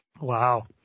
Wow